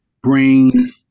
bring